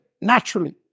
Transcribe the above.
naturally